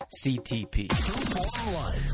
CTP